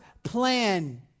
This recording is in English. plan